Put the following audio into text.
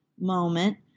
moment